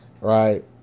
right